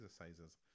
exercises